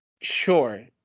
Sure